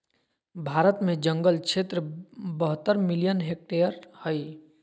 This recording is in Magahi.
भारत में जंगल क्षेत्र बहत्तर मिलियन हेक्टेयर हइ